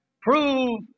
Prove